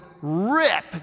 rip